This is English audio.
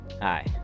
hi